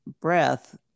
breath